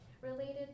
related